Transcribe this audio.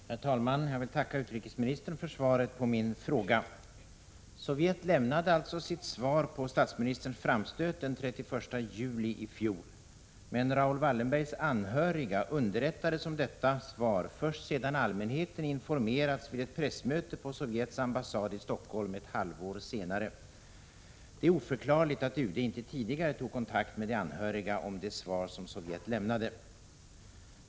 Herr talman! Jag vill tacka utrikesministern för svaret på min fråga. Sovjet lämnade alltså sitt svar på statsministerns framstöt den 31 juli i fjol. Men Raoul Wallenbergs anhöriga underrättades om detta svar först sedan allmänheten informerats vid ett pressmöte på Sovjets ambassad i Stockholm ett halvår senare. Det är oförklarligt att UD inte tidigare tog kontakt med de anhöriga om det svar som Sovjet lämnade.